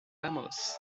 vamos